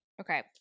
Okay